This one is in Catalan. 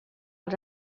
als